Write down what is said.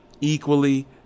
equally